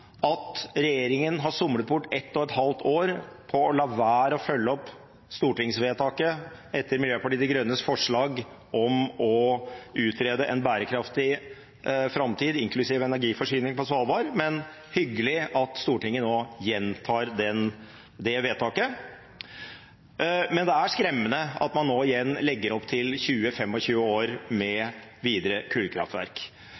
at regjeringen har somlet bort ett og et halvt år på å la være å følge opp stortingsvedtaket etter Miljøpartiet De Grønnes forslag om å utrede en bærekraftig framtid, inklusiv energiforsyning på Svalbard, men det er hyggelig at Stortinget nå gjentar det vedtaket. Men det er skremmende at man nå igjen legger opp til 20–25 år